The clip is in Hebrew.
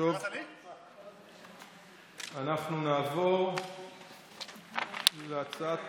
אנחנו נעבור להצעת